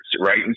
right